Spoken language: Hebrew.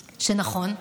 נכון,